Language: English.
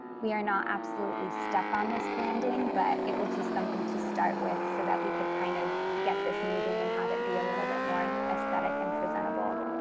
we are not absolutely stuck on this branding, but it was just something to start with, so that we could kind of get this moving and have it be a little bit more aesthetic and presentable.